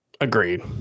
Agreed